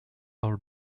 all